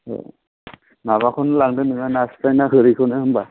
माबाखौन लांदो नोङो नास्राय गोरिखौनो होनबा